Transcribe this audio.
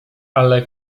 ale